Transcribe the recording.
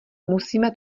musíme